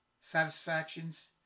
satisfactions